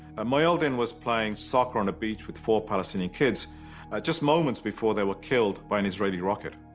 ah mohyeldin was playing soccer on a beach with four palestinian kids just moments before they were killed by an israeli rocket.